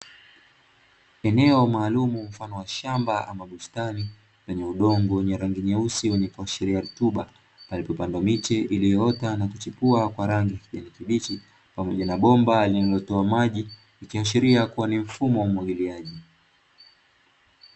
Eneo maalumu mfano wa shamba ama bustani lenye udongo wenye rangi nyeusi wenye kuashiria rutuba, palipo pandwa miche iliyoota na kuchipua kwa rangi ya kijani kibichi pamoja na bomba linalotoa maji ikiashiria kua ni mfumo wa umwagiliaji.